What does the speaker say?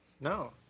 No